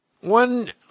One